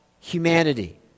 humanity